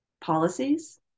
policies